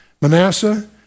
Manasseh